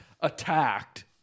attacked